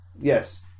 Yes